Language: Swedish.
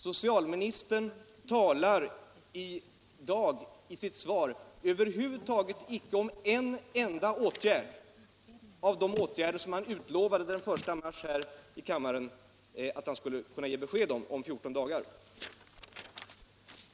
Socialministern talar i dag i sitt svar över huvud taget inte om en enda av de åtgärder som han den 1 mars här i kammaren lovade att han skulle ge besked om inom fjorton dagar.